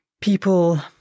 people